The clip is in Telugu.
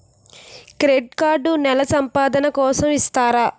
క్రెడిట్ కార్డ్ నెల సంపాదన కోసం ఇస్తారా?